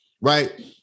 right